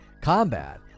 combat